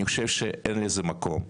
אני חושב שאין לזה מקום.